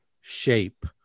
shape